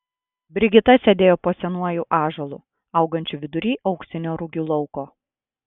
brigita sėdėjo po senuoju ąžuolu augančiu vidury auksinio rugių lauko